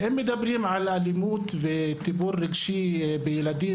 הם מדברים על אלימות וטיפול רגשי בילדים,